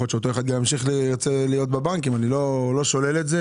ושאותו אדם ירצה להמשיך להיות בבנק אני לא שולל את זה.